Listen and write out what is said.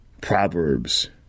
Proverbs